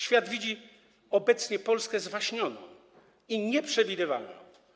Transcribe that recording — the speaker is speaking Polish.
Świat widzi obecnie Polskę zwaśnioną i nieprzewidywalną.